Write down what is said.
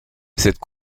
cette